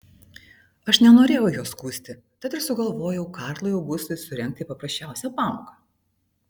aš nenorėjau jo skųsti tad ir sugalvojau karlui augustui surengti paprasčiausią pamoką